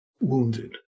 wounded